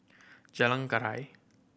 Jalan Keria